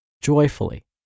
joyfully